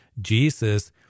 Jesus